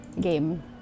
game